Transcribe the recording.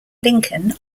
lincoln